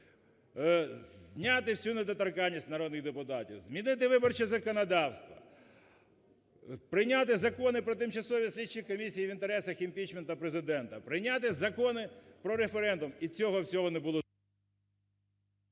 зняти всю недоторканість з народних депутатів, змінити виборче законодавство, прийняти закони про тимчасові слідчі комісії в інтересах імпічменту Президента, прийняти закони про референдум і цього всього не було...